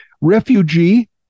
Refugee